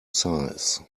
size